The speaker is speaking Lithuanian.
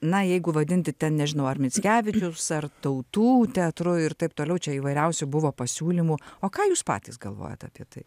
na jeigu vadinti ten nežinau ar mickevičiaus ar tautų teatru ir taip toliau čia įvairiausių buvo pasiūlymų o ką jūs patys galvojat apie tai